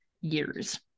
years